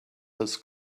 his